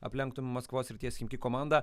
aplenktų maskvos srities chimki komandą